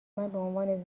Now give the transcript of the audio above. عنوان